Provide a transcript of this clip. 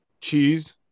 cheese